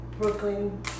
Brooklyn